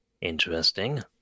Interesting